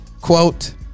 quote